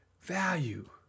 value